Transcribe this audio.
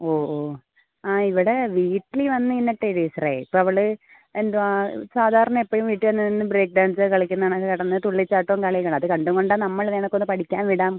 ഓ ഓ ആ ഇവിടെ വീട്ടില് വന്ന് കഴിഞ്ഞിട്ട് ടീച്ചറേ അവള് എന്തുവാണ് സാധാരണ എപ്പഴും വീട്ടിൽ വന്ന് നിന്ന് ബ്രേക്ക് ഡാൻസ് കളിക്കുന്നതാണ് കെടന്ന് തുള്ളിച്ചാട്ടവും കളികൾ അത് കണ്ടും കൊണ്ടാണ് നമ്മള് ഇതൊക്കെ ഒന്ന് പഠിക്കാൻ വിടാം